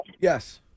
Yes